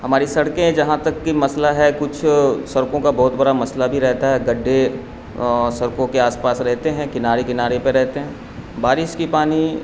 ہماری سڑکیں جہاں تک کی مسئلہ ہے کچھ سڑکوں کا بہت بڑا مسئلہ بھی رہتا ہے گڈھے سڑکوں کے آس پاس رہتے ہیں کنارے کنارے پہ رہتے ہیں بارش کی پانی